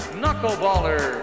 knuckleballer